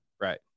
right